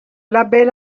label